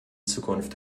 zukunft